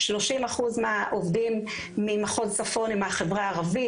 30% מהעובדים במחוז צפון הם מהחברה הערבית.